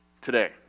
today